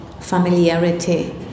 familiarity